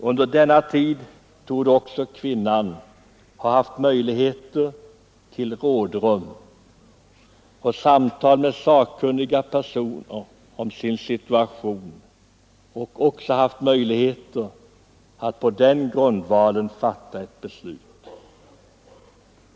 Under denna tid torde också kvinnan ha haft möjligheter till rådrum och samtal med sakkunniga personer om sin situation så att hon på den grundvalen kan fatta ett beslut.